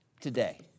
today